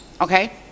Okay